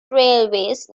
railways